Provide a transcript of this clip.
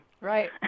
Right